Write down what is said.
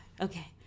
Okay